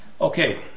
Okay